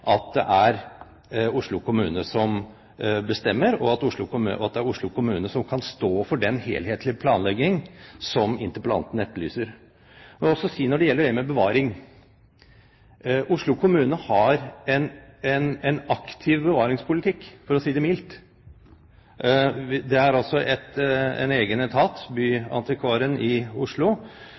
at det er Oslo kommune som bestemmer, og at det er Oslo kommune som kan stå for den helhetlige planleggingen, som interpellanten etterlyser. Når det gjelder bevaring, må jeg si at Oslo kommune har en aktiv bevaringspolitikk, for å si det mildt. Det er en egen etat – Byantikvaren i Oslo